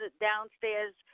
downstairs